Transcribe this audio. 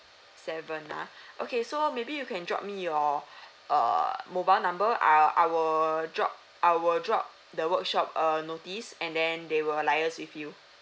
seven ah okay so maybe you can drop me your err mobile number I'll I will drop I will drop the workshop a notice and then they will liaise with you